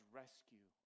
rescue